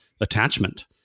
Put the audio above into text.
attachment